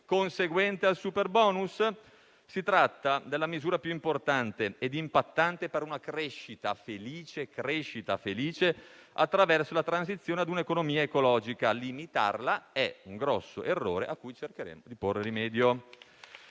conseguente al superbonus? Si tratta della misura più importante e impattante per una crescita felice attraverso la transizione a un'economia ecologica: limitarla è un grosso errore a cui cercheremo di porre rimedio.